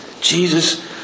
Jesus